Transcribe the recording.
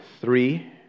three